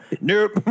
Nope